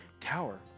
tower